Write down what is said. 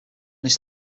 his